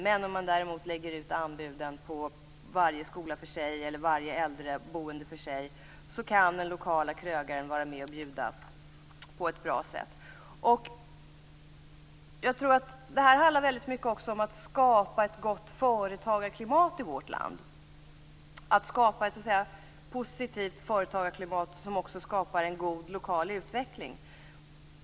Men om man däremot lägger ut anbuden på varje skola för sig eller varje äldreboende för sig så kan den lokale krögaren vara med och bjuda på ett bra sätt. Det här handlar också väldigt mycket om att skapa ett gott företagarklimat i vårt land; att skapa ett positivt företagarklimat som också skapar en god lokal utveckling.